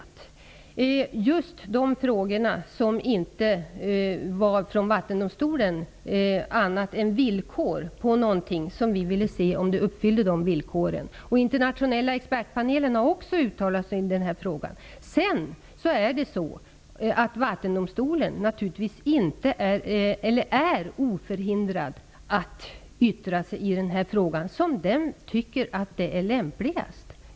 Det gäller just de frågor som Vattendomstolen tog upp beträffande villkor som vi ville veta om de uppfylldes. Internationella expertpanelen har också uttalat sig i denna fråga. Vattendomstolen är oförhindrad att yttra sig i denna fråga som Vattendomstolen tycker att det är lämpligast.